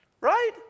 Right